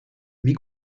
wie